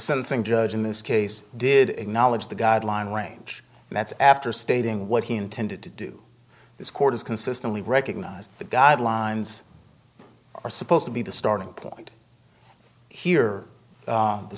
sentencing judge in this case did acknowledge the guideline range and that's after stating what he intended to do this court has consistently recognized the guidelines are supposed to be the starting point here